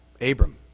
Abram